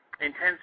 intense